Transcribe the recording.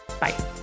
Bye